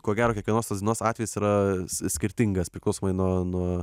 ko gero kiekvienas tos dienos atvejis yra s skirtingas priklausomai nuo nuo